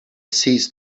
seized